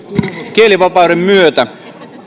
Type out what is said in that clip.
kielivapauden myötä